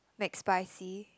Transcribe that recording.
McSpicy